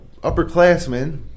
upperclassmen